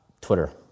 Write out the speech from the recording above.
Twitter